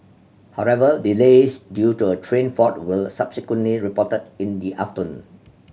however delays due to a train fault were subsequently reported in the afternoon